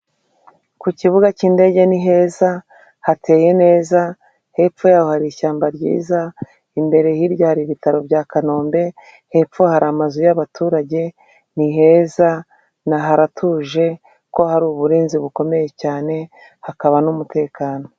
Ku kibuga cy'indege ni heza hateye neza, hepfo yaho hari ishyamba ryiza, imbere hirya hari ibitaro bya kanombe, hepfo hari amazu y'abaturage; niheza haratuje kuko hari uburinzi bukomeye cyane hakaba n'umutekano.